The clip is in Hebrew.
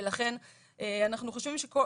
לכן אנחנו חושבים שגם